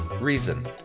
Reason